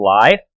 life